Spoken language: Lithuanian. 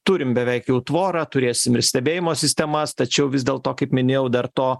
turim beveik jau tvorą turėsim ir stebėjimo sistemas tačiau vis dėlto kaip minėjau dar to